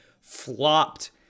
flopped